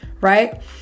right